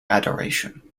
adoration